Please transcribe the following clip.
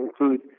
include